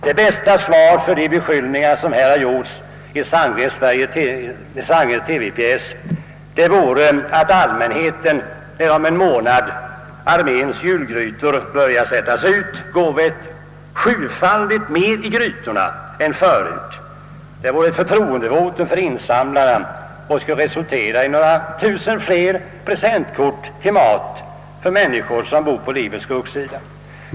Det bästa svar på de beskyllningar som gjorts i Sandgrens TV-pjäs vore att allmänheten, när om någon månad Frälsningsarméns julgrytor börjar sättas ut, gåve sjufaldigt mer i grytorna än förut. Det vore ett förtroendevotum för insamlarna och skulle resultera i några tusen fler presentkort för mat till människor som bor på livets skuggsida.